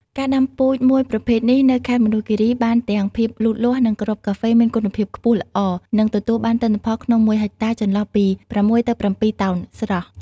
ការដាំពូជមួយប្រភេទនេះនៅខេត្តមណ្ឌលគិរី បានទាំងភាពលូតលាស់ និងគ្រាប់កាហ្វេមានគុណភាពខ្ពស់ល្អ និងទទួលបានទិន្នផលក្នុងមួយហិកតារចន្លោះពី ៦ ទៅ ៧តោនស្រស់។